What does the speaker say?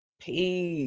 Peace